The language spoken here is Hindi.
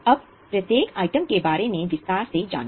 अब प्रत्येक आइटम के बारे में विस्तार से जाने